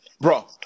bro